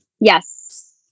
Yes